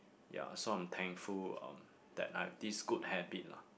ya so I'm thankful um that I have this good habit lah